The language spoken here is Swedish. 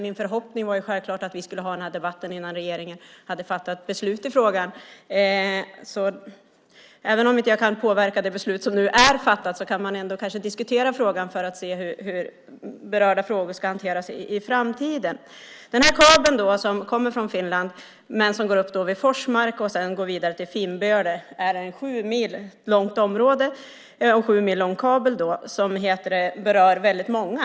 Min förhoppning var självklart att vi skulle ha den här debatten innan regeringen hade fattat beslut i frågan. Även om jag inte kan påverka det beslut som nu är fattat kan vi kanske ändå diskutera frågan för att se hur sådana frågor ska hanteras i framtiden. Den här kabeln, som kommer från Finland, går upp vid Forsmark och går vidare till Finnböle. Det är ett sju mil långt område och en sju mil lång kabel som berör väldigt många.